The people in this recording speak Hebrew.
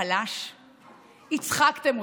חוצפן.